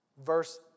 Verse